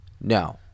No